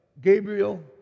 Gabriel